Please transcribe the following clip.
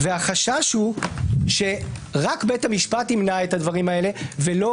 והחשש הוא שרק בית המשפט ימנע את הדברים האלה ולא